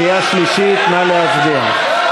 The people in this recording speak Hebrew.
קריאה שלישית, נא להצביע.